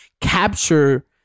capture